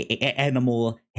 animal